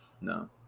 no